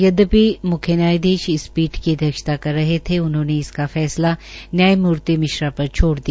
यद्यापि म्ख्य न्यायधीश इस पीठ की अध्यक्षता कर रहे थे उन्होंने इसका फैसला न्यायमूर्ति मिश्रा पर छोड़ दिया